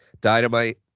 Dynamite